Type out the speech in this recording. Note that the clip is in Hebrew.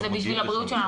וזה בשביל הבריאות שלנו.